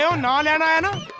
so not an animal.